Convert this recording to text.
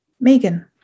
Megan